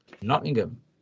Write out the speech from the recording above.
Nottingham